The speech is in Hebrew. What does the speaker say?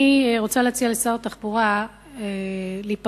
אני רוצה להציע לשר התחבורה להיפגש,